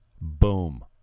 boom